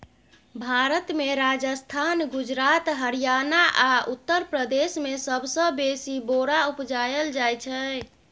भारत मे राजस्थान, गुजरात, हरियाणा आ उत्तर प्रदेश मे सबसँ बेसी बोरा उपजाएल जाइ छै